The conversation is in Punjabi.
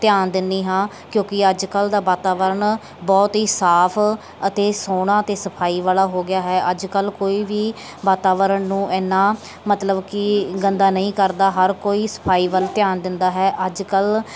ਧਿਆਨ ਦਿੰਦੀ ਹਾਂ ਕਿਉਂਕਿ ਅੱਜ ਕੱਲ੍ਹ ਦਾ ਵਾਤਾਵਰਨ ਬਹੁਤ ਹੀ ਸਾਫ ਅਤੇ ਸੋਹਣਾ ਅਤੇ ਸਫਾਈ ਵਾਲਾ ਹੋ ਗਿਆ ਹੈ ਅੱਜ ਕੱਲ੍ਹ ਕੋਈ ਵੀ ਵਾਤਾਵਰਨ ਨੂੰ ਇੰਨਾ ਮਤਲਬ ਕਿ ਗੰਦਾ ਨਹੀਂ ਕਰਦਾ ਹਰ ਕੋਈ ਸਫਾਈ ਵੱਲ ਧਿਆਨ ਦਿੰਦਾ ਹੈ ਅੱਜ ਕੱਲ੍ਹ